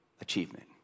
achievement